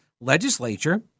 legislature